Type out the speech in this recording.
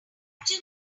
wanted